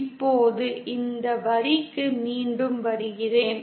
இப்போது இந்த வரிக்கு மீண்டும் வருகிறேன்